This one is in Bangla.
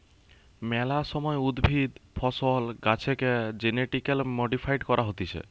মেলা সময় উদ্ভিদ, ফসল, গাছেকে জেনেটিক্যালি মডিফাইড করা হতিছে